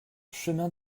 chemin